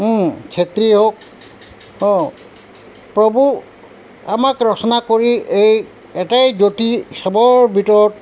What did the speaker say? ছেত্ৰী হওক প্ৰভু আমাক ৰচনা কৰি এই এটা যতি চবৰ ভিতৰত